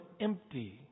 empty